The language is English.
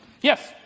Yes